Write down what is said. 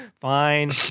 fine